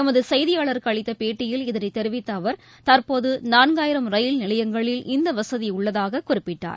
எமது செய்தியாளருக்கு அளித்த பேட்டியில் இதனை தெரிவித்த அவர் தற்போது நான்காயிரம் ரயில்நிலையங்களில் இந்த வசதி உள்ளதாக குறிப்பிட்டார்